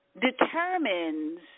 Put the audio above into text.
determines